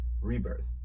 Rebirth